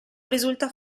risulta